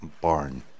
barn